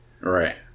Right